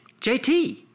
JT